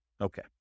Okay